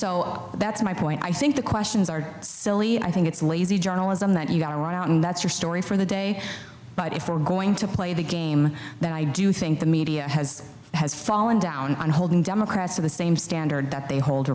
so that's my point i think the questions are i think it's lazy journalism that you are out and that's your story for the day but if we're going to play the game that i do think the media has has fallen down on hold and democrats are the same standard that they hold